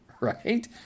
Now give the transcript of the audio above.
right